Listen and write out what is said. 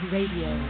Radio